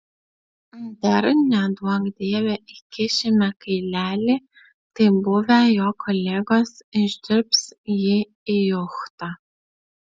dar neduok dieve įkišime kailelį tai buvę jo kolegos išdirbs jį į juchtą